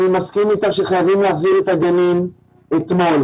אני מסכים אתך שחייבים להחזיר את הגנים אתמול.